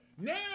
Now